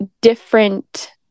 different